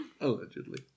Allegedly